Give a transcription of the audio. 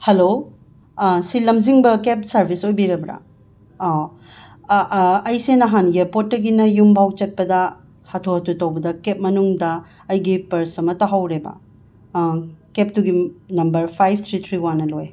hello ꯁꯤ ꯂꯝꯖꯤꯡꯕ cab service ꯑꯣꯏꯕꯤꯔꯕ꯭ꯔꯥ ꯑꯣ ꯑꯩꯁꯦ ꯅꯍꯥꯟ ꯌꯔꯄꯣꯔꯠꯇꯒꯤꯅ ꯌꯨꯝꯐꯥꯎꯕ ꯆꯠꯄꯗ ꯍꯥꯊꯨ ꯍꯥꯊꯨ ꯇꯧꯕꯗ ꯀꯦꯞ ꯃꯅꯨꯡꯗ ꯑꯩꯒꯤ ꯄꯔꯁ ꯑꯃ ꯇꯥꯍꯧꯔꯦꯕ ꯑꯥ ꯀꯦꯞꯇꯨꯒꯤ ꯅꯝꯕꯔ ꯐꯥꯏꯐ ꯊ꯭ꯔꯤ ꯊ꯭ꯔꯤ ꯋꯥꯟꯅ ꯂꯣꯏ